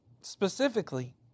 specifically